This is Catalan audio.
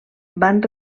van